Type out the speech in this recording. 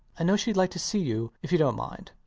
i know she'd like to see you, if you dont mind.